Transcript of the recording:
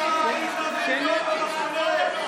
אתה היית בעיתון במחנה.